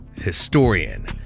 historian